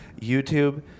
YouTube